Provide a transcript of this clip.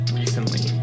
recently